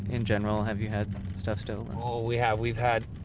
in general, have you had stuff stolen? oh we have. we've had,